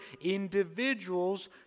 individuals